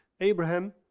Abraham